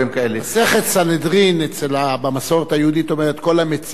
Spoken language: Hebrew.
מסכת סנהדרין במסורת היהודית אומרת: כל המציל נפש אחת,